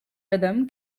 rhythm